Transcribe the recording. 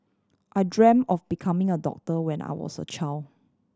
I dreamt of becoming a doctor when I was a child